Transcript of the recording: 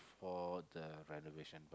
for the renovation